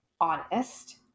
honest